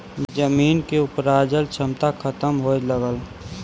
जमीन के उपराजल क्षमता खतम होए लगल